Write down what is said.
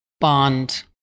Bond